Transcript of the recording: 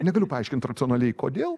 negaliu paaiškint racionaliai kodėl